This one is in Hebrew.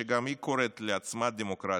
שגם היא קוראת לעצמה דמוקרטית.